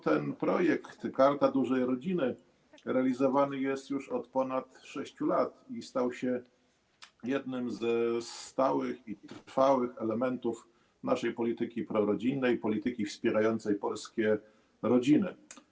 Ten projekt, Karta Dużej Rodziny, realizowany jest już od ponad 6 lat i stał się jednym ze stałych i trwałych elementów naszej polityki prorodzinnej, polityki wspierającej polskie rodziny.